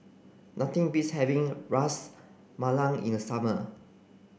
nothing beats having Ras Malai in the summer